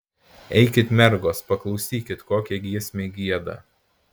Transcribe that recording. eikit mergos paklausykit kokią giesmę gieda